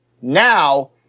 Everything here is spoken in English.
Now